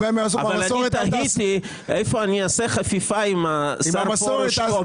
אבל אני תהיתי איפה אני אעשה חפיפה עם שר המסורת.